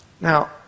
Now